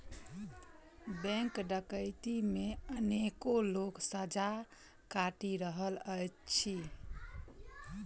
bank डकैती मे अनेको लोक सजा काटि रहल अछि